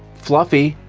fluffy.